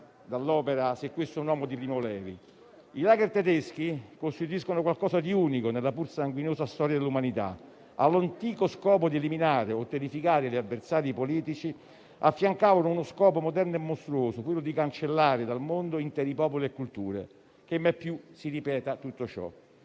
dall'opera «Se questo è un uomo» di Primo Levi: «I *lager* tedeschi costituiscono qualcosa di unico nella pur sanguinosa storia dell'umanità: all'antico scopo di eliminare o di terrificare gli avversari politici, affiancavano uno scopo moderno e mostruoso, quello di cancellare dal mondo interi popoli e culture». Che mai più si ripeta tutto ciò.